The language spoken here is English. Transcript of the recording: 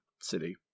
city